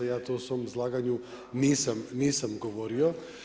Ja to u svom izlaganju nisam govorio.